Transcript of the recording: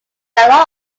fell